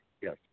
Yes